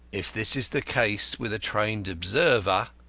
if this is the case with a trained observer,